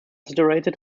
saturated